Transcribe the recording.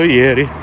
ieri